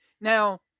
Now